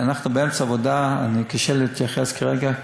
אנחנו באמצע העבודה, קשה לי להתייחס כרגע.